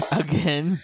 again